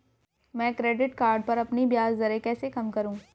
मैं credit card पर अपनी ब्याज दरें कैसे कम करूँ?